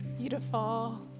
Beautiful